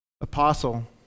apostle